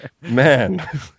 man